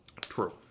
True